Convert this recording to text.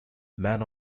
man